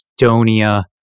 Estonia